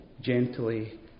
gently